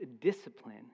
discipline